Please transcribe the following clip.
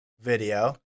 video